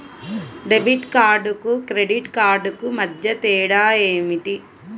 Debit కార్డుకు credit కార్డుకు మధ్య తేడా ఏమిటీ?